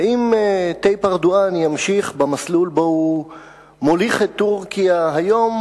ואם טאיפ ארדואן ימשיך במסלול שבו הוא מוליך את טורקיה היום,